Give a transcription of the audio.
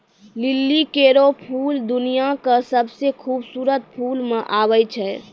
लिली केरो फूल दुनिया क सबसें खूबसूरत फूल म आबै छै